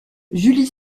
julie